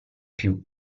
più